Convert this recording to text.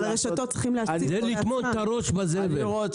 זה לטמון את הראש בזבל.